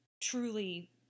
truly